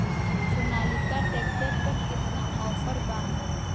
Sonalika tractor पर केतना offer बा?